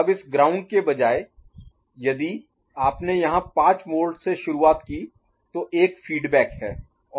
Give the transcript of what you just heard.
अब इस ग्राउंड के बजाय यदि आपने यहां 5 वोल्ट से शुरुआत की तो एक फीडबैक है